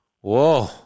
Whoa